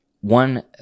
One